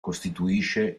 costituisce